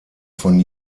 von